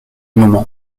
moment